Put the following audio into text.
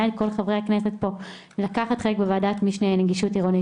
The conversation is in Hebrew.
אתכם לקחת חלק גם בוועדת המשנה לנגישות עירונית,